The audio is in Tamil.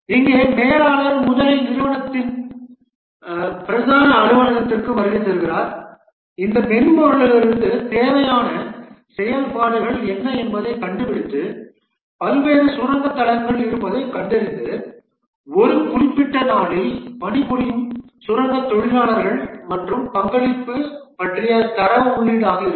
இங்கே மேலாளர் முதலில் நிறுவனத்தின் பிரதான அலுவலகத்திற்கு வருகை தருகிறார் இந்த மென்பொருளிலிருந்து தேவையான செயல்பாடுகள் என்ன என்பதைக் கண்டுபிடித்து பல்வேறு சுரங்க தளங்கள் இருப்பதைக் கண்டறிந்து ஒரு குறிப்பிட்ட நாளில் பணிபுரியும் சுரங்கத் தொழிலாளர்கள் மற்றும் பங்களிப்பு பற்றிய தரவு உள்ளீடாக இருக்கும்